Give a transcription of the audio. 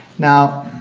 now,